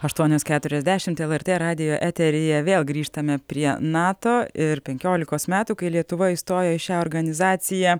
aštuonios keturiasdešimt lrt radijo eteryje vėl grįžtame prie nato ir penkiolikos metų kai lietuva įstojo į šią organizaciją